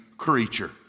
Creature